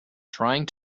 trying